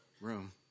room